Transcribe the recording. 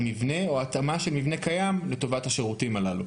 מבנה או התאמה של מבנה קיים לטובת השירותים הללו?